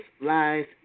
Lies